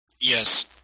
Yes